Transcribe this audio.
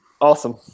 awesome